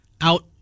out